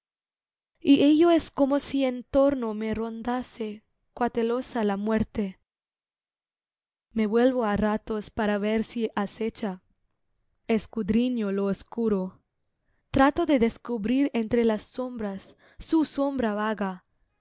es como si en torno me rondase cautelosa la muerte me vuelvo á ratos para ver si acecha escudriño lo oscuro trato de descubrir entre las sombras su sombra vaga